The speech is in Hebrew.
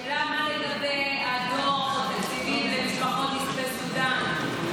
השאלה מה, האדמו"ר בתקציבים למשפחות, הסיוע.